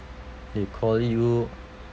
they call you